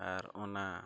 ᱟᱨ ᱚᱱᱟ